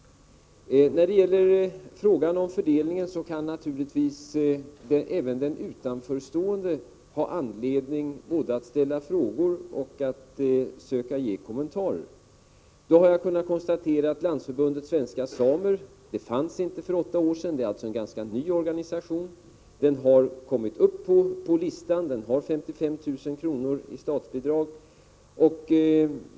När det gäller fördelningen kan naturligtvis även en utanför stående ha anledning att både ställa frågor och söka ge kommentarer. Jag har då kunnat konstatera att Landsförbundet Svenska Samer inte fanns för åtta år sedan. Det är alltså en ganska ny organisation. Den har emellertid kommit med på listan och får 55 000 kr. i statsbidrag.